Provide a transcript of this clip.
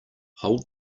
hold